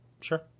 sure